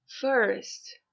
First